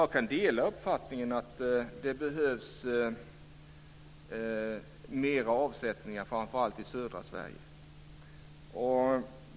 Jag kan dela uppfattningen att det behövs mer avsättningar, framför allt i södra Sverige.